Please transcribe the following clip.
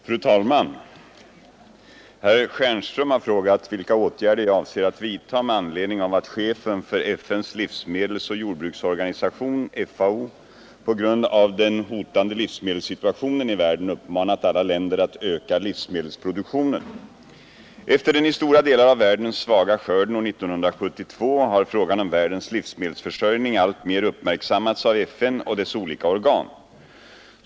Fru talman! Herr Stjernström har frågat vilka åtgärder jag avser att vidta med anledning av att chefen för FN:s livsmedelsoch jordbruksorganisation, FAO, på grund av den hotande livsmedelssituationen i världen, uppmanat alla länder att öka livsmedelsproduktionen. Efter den i stora delar av världen svaga skörden år 1972 har frågan om världens livsmedelsförsörjning alltmer uppmärksammats av FN och dess olika organ.